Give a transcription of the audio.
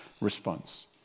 response